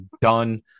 done